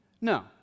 No